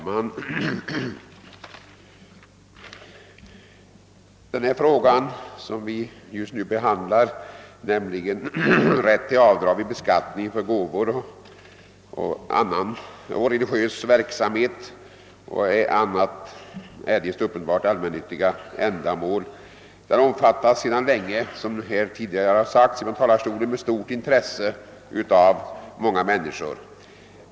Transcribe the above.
Herr talman! Den fråga som vi just nu behandlar, nämligen rätt till avdrag vid beskattning för gåvor till religiös verksamhet och andra eljest uppenbart allmännyttiga ändamål, omfattas sedan länge, som tidigare framhållits från denna talarstol, med stort intresse av många människor.